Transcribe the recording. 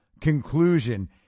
conclusion